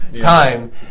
time